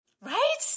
Right